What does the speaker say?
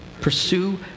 pursue